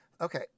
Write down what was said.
Okay